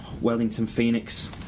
Wellington-Phoenix